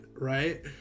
right